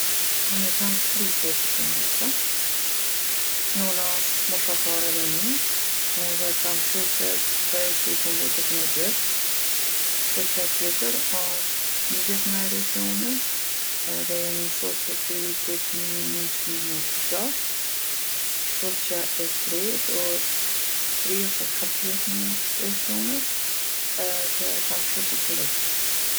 Une i kam tri shoqe të ngushta. Njona osht moshatare me mu edhe e kam shoqe prej se i kom bo tetemdhet vjet. Shoqja tjetër osht ni vjet ma e re se une edhe jemi shoqe pi vitit nimi e nonqin e nondhet e gjashtë. Shoqja e tretë osht tri ose katër vjet ma e re se une edhe e kam shoqe qe dhet vjet.